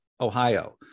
Ohio